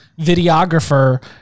videographer